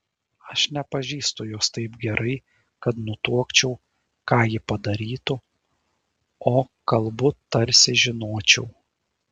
aš nepažįstu jos taip gerai kad nutuokčiau ką ji padarytų o kalbu tarsi žinočiau